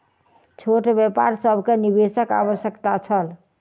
छोट व्यापार सभ के निवेशक आवश्यकता छल